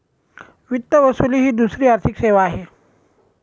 वित्त वसुली ही दुसरी आर्थिक सेवा आहे